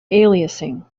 aliasing